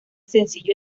sencillo